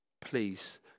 Please